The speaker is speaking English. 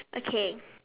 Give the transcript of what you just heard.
okay